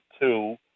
two